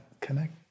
connect